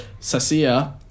Sasia